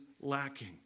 lacking